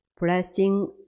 blessing